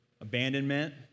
abandonment